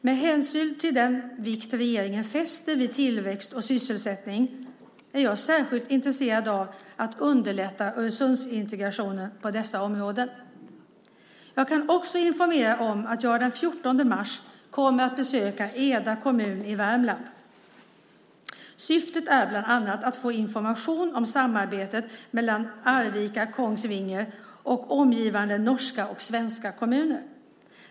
Med hänsyn till den vikt regeringen fäster vid tillväxt och sysselsättning är jag särskilt intresserad av att underlätta Öresundsintegrationen på dessa områden. Jag kan också informera om att jag den 14 mars kommer att besöka Eda kommun i Värmland. Syftet är bland annat att få information om samarbetet mellan Arvika-Kongsvinger och omgivande norska och svenska kommuner.